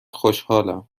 خوشحالم